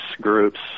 groups